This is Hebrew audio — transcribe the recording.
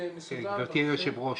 גברתי היושבת ראש,